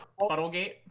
Puddlegate